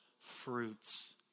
fruits